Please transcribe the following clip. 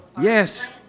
Yes